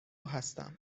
هستم